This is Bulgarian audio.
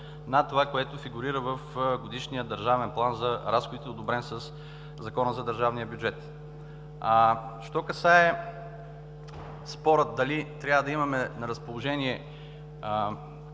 над това, което фигурира в годишния държавен план за разходите, одобрен със Закона за държавния бюджет. Това, което касае спорът – дали трябва да имаме на разположение